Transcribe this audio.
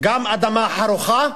גם אדמה חרוכה.